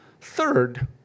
Third